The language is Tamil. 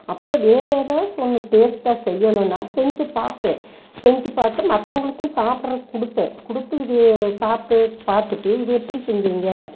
அப்புறம் வேறு எதாச்சு ஒன்று டேஸ்ட்டாக செய்யணும்னா செஞ்சு பார்ப்பேன் செஞ்சு பார்த்து மற்றவுங்களுக்கும் சாப்புடுறக்கு கொடுப்பேன் கொடுத்து இது சாப்பிட்டு சாப்பிட்டுட்டு இது எப்படி செஞ்சுங்க